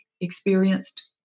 experienced